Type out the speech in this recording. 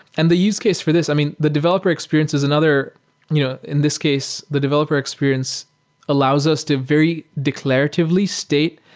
and the use case for this i mean, the developer experience is another you know in this case, the developer experience allows us to very declaratively state,